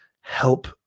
Help